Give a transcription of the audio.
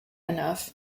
enough